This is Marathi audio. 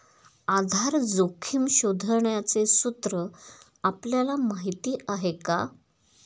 आधार जोखिम शोधण्याचे सूत्र आपल्याला माहीत आहे का?